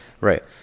Right